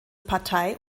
partei